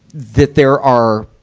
that there are,